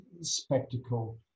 spectacle